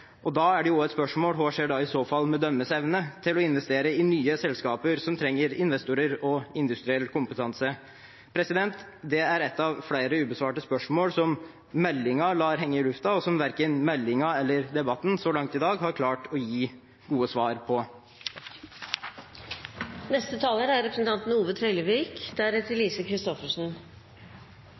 Da er det også et spørsmål: Hva skjer i så fall da med deres evne til å investere i nye selskaper som trenger investorer og industriell kompetanse? Det er et av flere ubesvarte spørsmål som meldingen lar henge i lufta, og som verken meldingen eller debatten så langt i dag har klart å gi gode svar på. Denne debatten om eigarskap og statleg eigarskap er